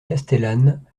castellane